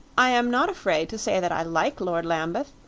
i am not afraid to say that i like lord lambeth.